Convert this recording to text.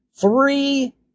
Three